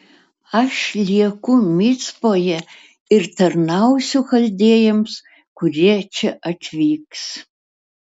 aš lieku micpoje ir tarnausiu chaldėjams kurie čia atvyks